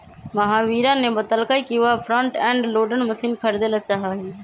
महावीरा ने बतल कई कि वह फ्रंट एंड लोडर मशीन खरीदेला चाहा हई